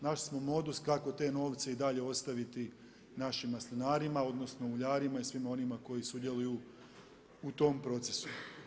Našli smo modus kako te novce i dalje ostaviti našim maslinarima, odnosno uljarima i svima onima koji sudjeluju u tom procesu.